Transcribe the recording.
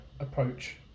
Approach